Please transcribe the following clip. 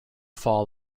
fall